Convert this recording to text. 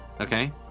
Okay